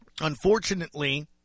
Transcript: unfortunately –